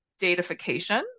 datafication